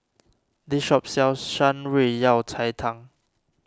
this shop sells Shan Rui Yao Cai Tang